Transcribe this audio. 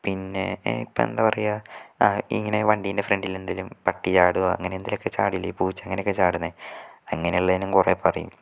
പിന്നെ ഇപ്പം എന്താ പറയുക ഇങ്ങനെ വണ്ടിൻ്റെ ഫ്രണ്ടിൽ എന്തേലും പട്ടി ചാടുവോ അങ്ങനെ എന്തേലുമൊക്കെ ചാടിലെ പൂച്ച അങ്ങനെയൊക്കെ ചാടുന്നത് അങ്ങനെ ഉള്ളെന്നും കുറെ പറയും